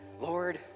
Lord